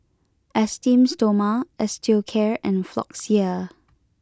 Esteem Stoma Osteocare and Floxia